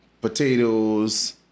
potatoes